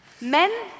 Men